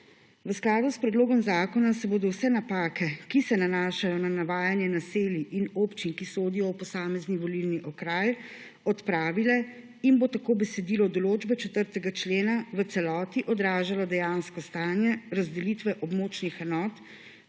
V skladu s predlogom zakona se bodo vse napake, ki se nanašajo na navajanje naselij in občin, ki sodijo v posamezni volilni okraj, odpravile in bo tako besedilo določbe 4. člena v celoti odražalo dejansko stanje razdelitve območnih enot,